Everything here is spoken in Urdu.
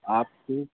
آپ کی